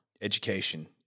education